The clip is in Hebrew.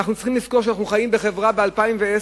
אנחנו צריכים לזכור שאנחנו חיים בחברה של 2010,